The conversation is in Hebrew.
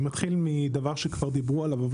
אני מתחיל מדבר שכבר דיברו עליו אבל